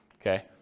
Okay